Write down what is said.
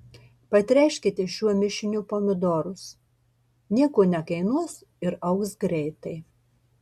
patręškite šiuo mišiniu pomidorus nieko nekainuos ir augs greitai